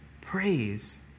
praise